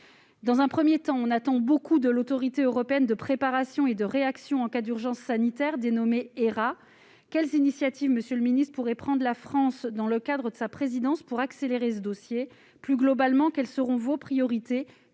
Dans un premier temps, on attend beaucoup de l'Autorité européenne de préparation et de réaction en cas d'urgence sanitaire, mieux connue sous le sigle HERA. Quelles initiatives la France pourrait-elle prendre, dans le cadre de sa présidence, pour accélérer ce dossier ? Plus globalement, quelles seront vos priorités